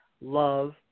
love